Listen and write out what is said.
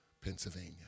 Pennsylvania